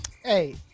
hey